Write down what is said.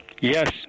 Yes